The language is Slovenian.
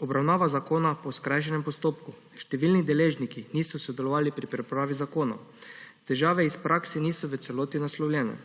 obravnava zakona po skrajšanem postopku, številni deležniki niso sodelovali pri pripravi zakona. Težave iz prakse niso v celoti naslovljene.